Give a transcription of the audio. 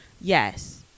Yes